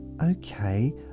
Okay